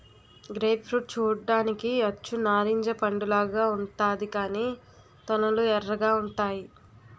grape fruit చూడ్డానికి అచ్చు నారింజ పండులాగా ఉంతాది కాని తొనలు ఎర్రగా ఉంతాయి